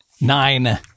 Nine